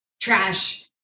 trash